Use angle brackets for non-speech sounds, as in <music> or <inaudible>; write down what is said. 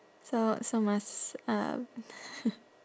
so so must um <noise>